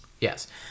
Yes